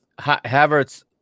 Havertz